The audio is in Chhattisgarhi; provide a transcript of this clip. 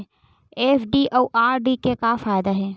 एफ.डी अउ आर.डी के का फायदा हे?